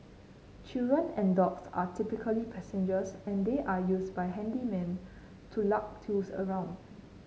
children and dogs are typical passengers and they're used by handymen to lug tools around